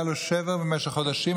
היה לו שבר במשך חודשים,